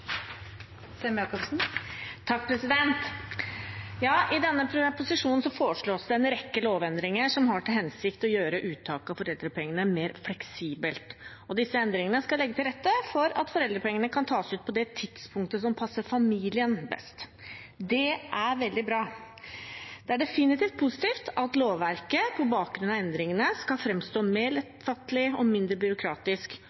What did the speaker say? I denne proposisjonen foreslås det en rekke lovendringer som har til hensikt å gjøre uttaket av foreldrepengene mer fleksibelt. Disse endringene skal legge til rette for at foreldrepengene kan tas ut på det tidspunktet som passer familien best. Det er veldig bra. Det er definitivt positivt at lovverket på bakgrunn av endringene skal framstå mer